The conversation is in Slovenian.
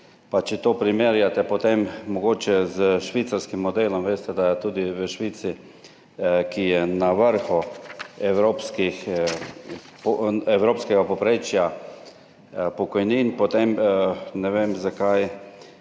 če to primerjate potem mogoče s švicarskim modelom, veste, da je tudi v Švici, ki je na vrhu evropskega povprečja pokojnin, potem ne vem, zakaj